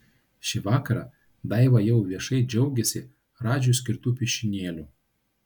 šį vakarą daiva jau viešai džiaugiasi radžiui skirtu piešinėliu